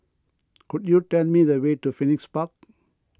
could you tell me the way to Phoenix Park